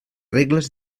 regles